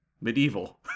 Medieval